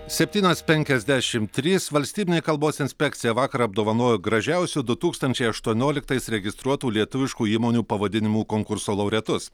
septynios penkiasdešimt trys valstybinė kalbos inspekcija vakar apdovanojo gražiausių du tūkstančiai aštuonioliktais registruotų lietuviškų įmonių pavadinimų konkurso laureatus